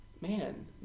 man